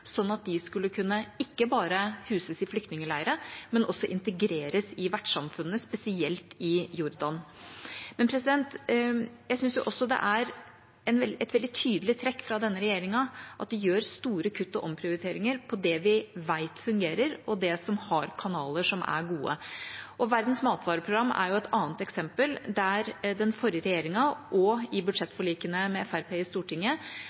at de ikke bare skulle kunne huses i flyktningleirer, men også integreres i vertssamfunnet, spesielt i Jordan. Jeg synes også det er et veldig tydelig trekk fra denne regjeringa at de gjør store kutt og omprioriteringer i det vi vet fungerer, og som har kanaler som er gode. Verdens matvareprogram er et annet eksempel der den forrige regjeringa, og i budsjettforlikene med Fremskrittspartiet i Stortinget,